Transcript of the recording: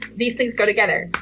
these things go together.